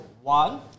one